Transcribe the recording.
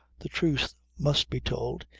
the truth must be told,